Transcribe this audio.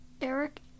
Eric